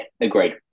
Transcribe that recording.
Agreed